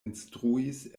instruis